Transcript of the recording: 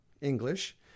English